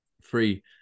free